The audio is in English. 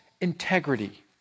integrity